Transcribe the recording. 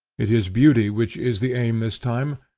it is beauty which is the aim this time,